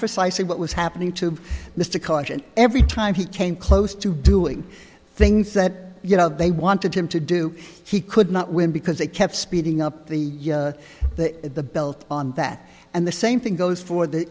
precisely what was happening to mr caution every time he came close to doing things that you know they wanted him to do he could not win because they kept speeding up the the belt on that and the same thing goes for the